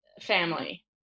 family